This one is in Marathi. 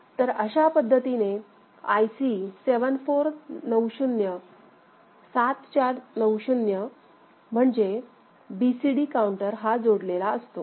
तर अशा पद्धतीने आय सी 7490 म्हणजे BCD काउंटर हा जोडलेला असतो